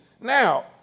Now